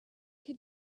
could